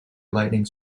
lightning